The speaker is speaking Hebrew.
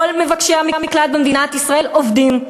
כל מבקשי המקלט במדינת ישראל עובדים.